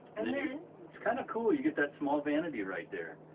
and then, it's kind of cool, you get that small vanity right there.